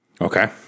Okay